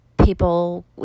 people